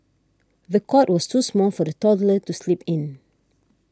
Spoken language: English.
the cot was too small for the toddler to sleep in